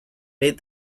made